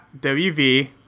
WV